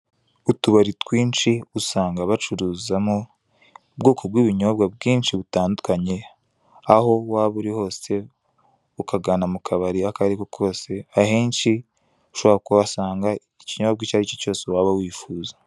Utubari twinshi usanga bacuruzamo ubwoko bw'ibinyobwa bwinshi butandukanye, aho waba uri hose ukagana mu kabari ako ari ko kose, ahenshi ushobora kuhasanga ikinyobwa icyo ari cyo cyose.